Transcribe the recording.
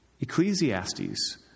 Ecclesiastes